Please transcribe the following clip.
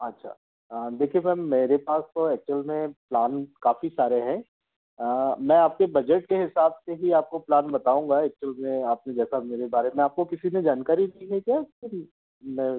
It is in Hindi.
अच्छा देखिए फिर मेरे पास तो एक्चुअल में प्लान काफ़ी सारे हैं मैं आपके बजट के हिसाब से ही आपको प्लान बताऊँगा एक्चुअल में आपने जैसा मेरे बारे में आपको किसी ने जानकारी दी है क्या कभी मैं